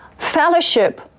fellowship